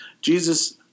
Jesus